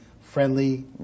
friendly